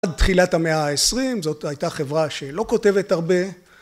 עד תחילת המאה העשרים זאת הייתה חברה שלא כותבת הרבה